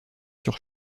sur